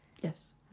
yes